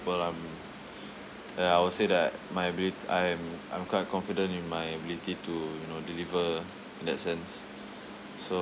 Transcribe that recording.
well um ya I would say that my abili~ I'm I'm quite confident in my ability to you know deliver in that sense so